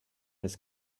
his